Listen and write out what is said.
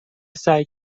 سعی